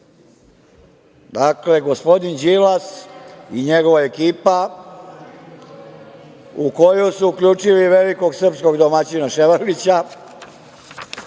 danas. Dakle, gospodin Đilas i njegova ekipa, u koju su uključili velikog srpskog domaćina Ševarlića,